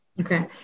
Okay